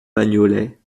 bagnolet